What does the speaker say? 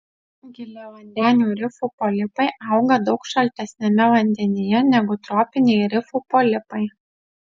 giliavandenių rifų polipai auga daug šaltesniame vandenyje negu tropiniai rifų polipai